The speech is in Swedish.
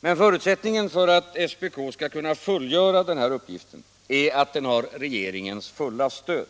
Men förutsättningen för att SPK skall kunna fullgöra den här uppgiften är att den har regeringens fulla stöd.